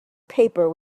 paper